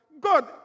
God